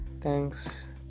Thanks